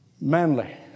manly